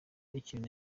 ikintu